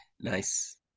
Nice